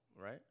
right